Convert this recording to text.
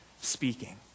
speaking